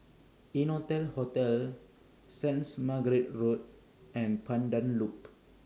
Innotel Hotel Saints Margaret's Road and Pandan Loop